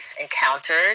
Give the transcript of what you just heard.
encountered